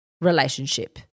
relationship